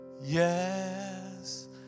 Yes